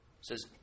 says